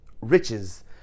riches